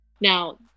Now